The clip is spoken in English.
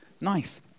Nice